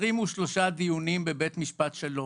23 דיונים בבית משפט שלום.